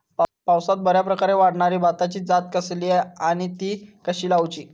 पावसात बऱ्याप्रकारे वाढणारी भाताची जात कसली आणि ती कशी लाऊची?